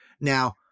now